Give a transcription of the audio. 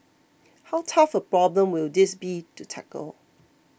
how tough a problem will this be to tackle